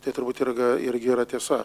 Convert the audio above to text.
tai turbūt yra irgi yra tiesa